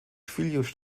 filhos